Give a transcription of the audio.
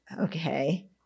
Okay